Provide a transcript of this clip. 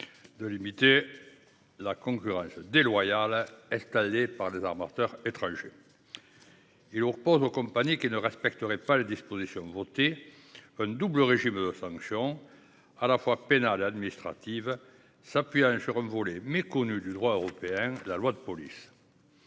de limiter la concurrence déloyale exercée par les armateurs étrangers. Il oppose aux compagnies qui ne respecteraient pas les dispositions votées un double régime de sanctions, à la fois pénales et administratives, en s'appuyant sur un outil méconnu du droit européen : la loi de police.